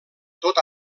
tot